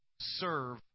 serve